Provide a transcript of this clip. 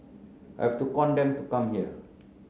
I have to con them to come here